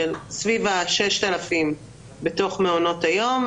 סביב ה-6,000 בתוך מעונות היום,